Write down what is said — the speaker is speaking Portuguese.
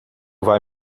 vai